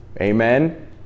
Amen